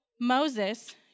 Moses